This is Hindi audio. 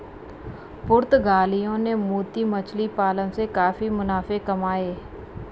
पुर्तगालियों ने मोती मछली पालन से काफी मुनाफे कमाए